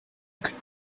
could